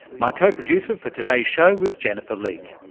my co-producer for today's show was jennifer leake.